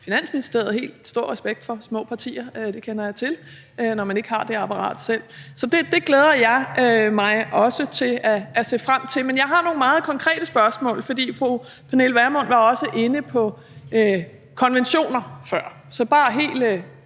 Finansministeriet – stor respekt for små partier, det kender jeg til – når man ikke har det apparat selv. Så det glæder jeg mig også til og ser frem til. Men jeg har nogle meget konkrete spørgsmål. Fru Pernille Vermund var også inde på konventioner før, så bare helt